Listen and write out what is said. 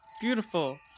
beautiful